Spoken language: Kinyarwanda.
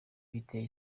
biteye